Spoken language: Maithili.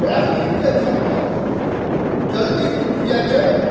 प्लास्टिकके चप्पल जल्दी टूटि जाइत छै